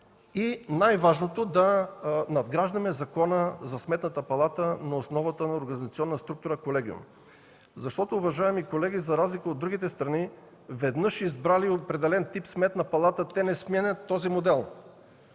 и най-важното – да надграждаме Закон за Сметната палата на основата на организационна структура – колегиум. Защото, уважаеми колеги, за разлика от другите страни, веднъж избрали определен тип Сметна палата те не сменят този модел.